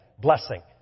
blessing